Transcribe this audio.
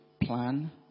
plan